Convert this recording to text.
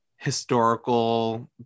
historical